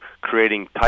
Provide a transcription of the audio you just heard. creating